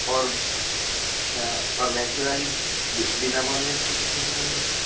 اور اچھا اور ویسی والی بنا بون لیس کی کتنے کی مِلے گی